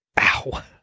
Ow